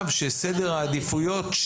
כי הגיע מישהו,